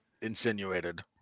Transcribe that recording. insinuated